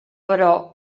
però